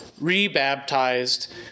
re-baptized